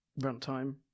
runtime